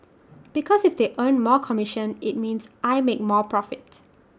because if they earn more commission IT means I make more profit